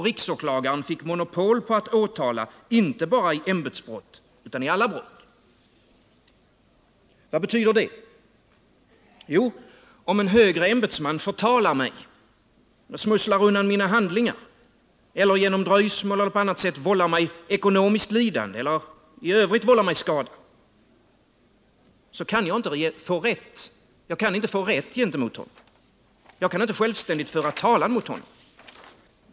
Riksåklagaren fick monopol på att åtala, inte bara i ämbetsbrott utan i alla brott. Vad betyder det? Jo, om en högre ämbetsman förtalar mig, smusslar undan mina handlingar, genom dröjsmål vållar mig ekonomiskt lidande eller eljest vållar mig skada, kan jag inte få rätt gentemot honom. Jag kan inte självständigt föra talan mot honom.